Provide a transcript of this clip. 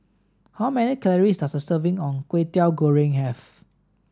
how many calories does a serving of Kwetiau Goreng have